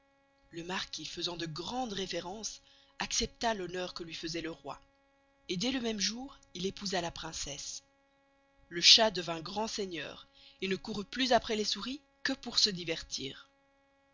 le marquis faisant de grandes réverences accepta l'honneur que luy faisoit le roy et dés le même jour il épousa la princesse le chat devint grand seigneur et ne courut plus aprés les souris que pour se divertir